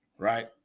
right